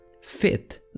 Fit